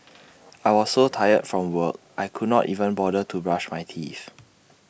I was so tired from work I could not even bother to brush my teeth